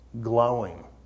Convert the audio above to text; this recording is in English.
glowing